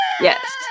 Yes